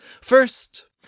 First